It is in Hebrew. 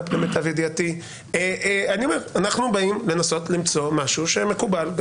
אני אומר שאנחנו באים לנסות למצוא משהו שמקובל.